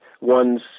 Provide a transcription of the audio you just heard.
ones